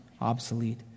obsolete